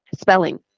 spelling